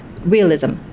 realism